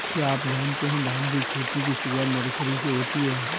क्या आप जानते है धान की खेती की शुरुआत नर्सरी से होती है?